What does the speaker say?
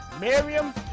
Miriam